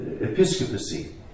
episcopacy